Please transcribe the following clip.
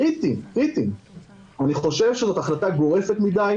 קריטיים אני חושב שזאת החלטה גורפת מדי,